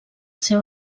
ser